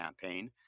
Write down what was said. campaign